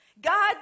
God